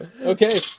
Okay